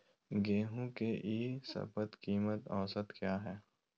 गेंहू के ई शपथ कीमत औसत क्या है?